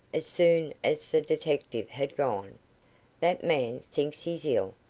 as soon as the detective had gone that man thinks he's ill,